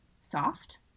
soft